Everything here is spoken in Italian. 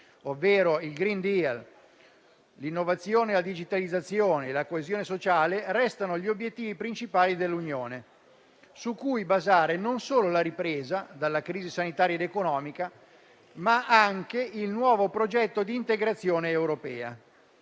ovvero il *green deal*, l'innovazione e la digitalizzazione, la coesione sociale, restano gli obiettivi principali dell'Unione su cui basare non solo la ripresa dalla crisi sanitaria ed economica, ma anche il nuovo progetto di integrazione europea.